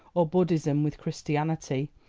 or buddhism with christianity,